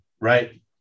right